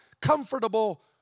comfortable